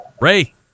Ray